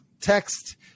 text